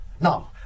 Now